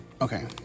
Okay